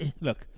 look